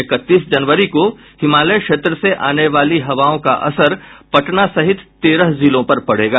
इकतीस जनवरी को हिमालय क्षेत्र से आने वाली हवाओं का असर पटना सहित तेरह जिलों पर पड़ेगा